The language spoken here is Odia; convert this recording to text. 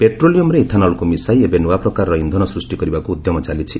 ପେଟ୍ରାଲିୟମ୍ରେ ଇଥାନଲ୍କୁ ମିଶାଇ ଏବେ ନୂଆ ପ୍ରକାରର ଇନ୍ଧନ ସୃଷ୍ଟି କରିବାକୁ ଉଦ୍ୟମ ଚାଲିଛି